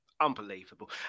unbelievable